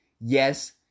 Yes